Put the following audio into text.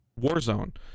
Warzone